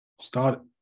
start